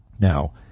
Now